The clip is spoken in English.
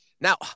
Now